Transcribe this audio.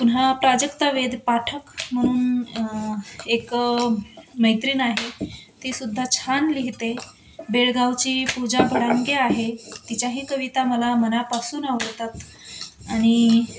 पुन्हा प्राजक्ता वेद पाठक म्हणून एक मैत्रीण आहे ती सुुद्धा छान लिहिते बेळगावची पूजा पडांके आहे तिच्याही कविता मला मनापासून आवडतात आणि